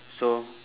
so